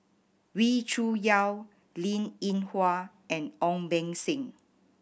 Wee Cho Yaw Linn In Hua and Ong Beng Seng